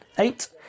Eight